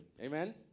Amen